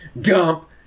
dump